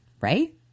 right